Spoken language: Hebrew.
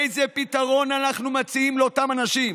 איזה פתרון אנחנו מציעים לאותם אנשים?